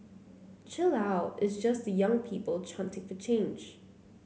chill out it's just the young people chanting for change